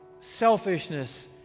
selfishness